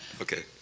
okay.